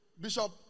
Bishop